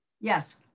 Yes